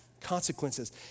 consequences